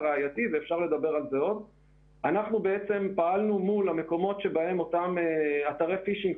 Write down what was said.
אנחנו פעלנו מול המקומות בהם פועלים אותם אתרי פישינג